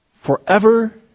forever